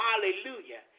hallelujah